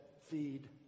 feed